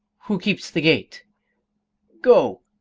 who keeps the gate go,